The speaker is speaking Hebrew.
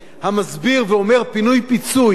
המסביר ואומר פינוי-פיצוי,